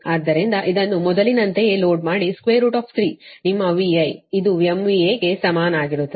ಆದ್ದರಿಂದ ಇದನ್ನು ಮೊದಲಿನಂತೆಯೇ ಲೋಡ್ ಮಾಡಿ 3ನಿಮ್ಮ VI ಇದು MVA ಗೆ ಸಮಾನವಾಗಿರುತ್ತದೆ